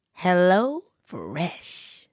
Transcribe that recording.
HelloFresh